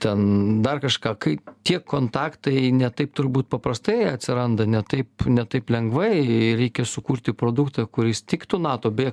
ten dar kažką kai tie kontaktai ne taip turbūt paprastai atsiranda ne taip ne taip lengvai reikia sukurti produktą kuris tiktų nato beje